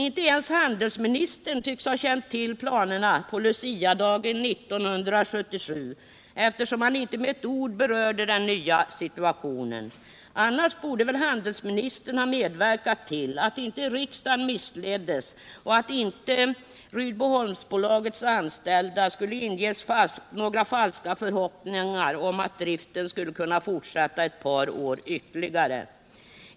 Inte ens handelsministern tycks ha känt till planerna på Luciadagen 1977, eftersom han inte med ett ord berörde den nya situationen. Annars borde väl handelsministern ha medverkat till att inte riksdagen missleddes och att inte Rydboholmsbolagets anställda ingavs några falska förhoppningar om att driften skulle kunna fortsätta ett par år ytterligare.